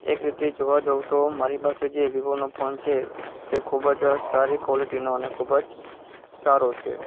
એક રીતે જોવા જાઉં તો મારી પાસે જે વિવો નો ફોન છે તે ખૂબ જ સારી ક્વૉલિટીનો અને ખૂબ જ સારો છે